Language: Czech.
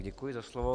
Děkuji za slovo.